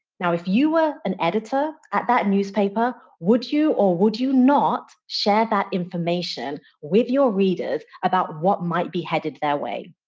now if you were an editor at that newspaper, would you or would you not share that information with your readers about what might be headed their way?